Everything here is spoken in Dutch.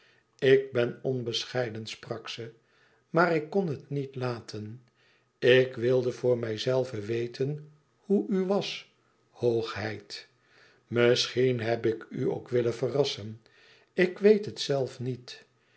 ik ben onbescheiden sprak ze maar ik kon het niet laten ik wilde voor mij zelve weten hoe u was hoogheid misschien heb ik u ook willen verrassen ik weet het zelf niet